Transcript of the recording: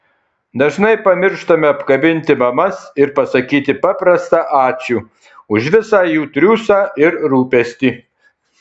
dažnai pamirštame apkabinti mamas ir pasakyti paprastą ačiū už visą jų triūsą ir rūpestį